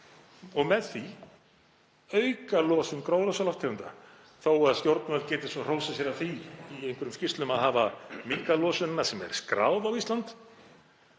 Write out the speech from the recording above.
með því losun gróðurhúsalofttegunda? Þó að stjórnvöld geti svo hrósað sér af því í einhverjum skýrslum að hafa minnkað losunina sem er skráð á Ísland